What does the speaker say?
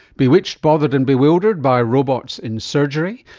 bewitched, bothered and bewildered by robots in surgery.